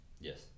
Yes